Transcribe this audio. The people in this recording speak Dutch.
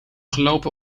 gelopen